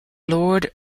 lord